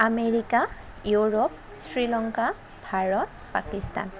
America Europe Sri Lanka Bharat Pakistan